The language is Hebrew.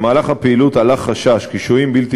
במהלך הפעילות עלה חשש כי שוהים בלתי